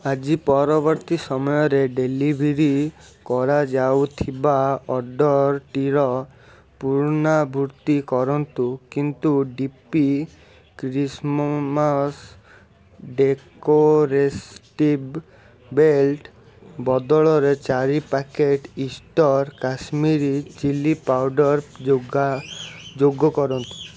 ଆଜି ପରବର୍ତ୍ତୀ ସମୟରେ ଡେଲିଭରୀ କରାଯାଉଥିବା ଅର୍ଡ଼ର୍ଟିର ପୁନରାବୃତ୍ତି କରନ୍ତୁ କିନ୍ତୁ D P Christmas decoratives belt ବଦଳରେ ଚାରି packet Easter Kashmiri chilli powder ଯୋଗାଯୋଗ କରନ୍ତୁ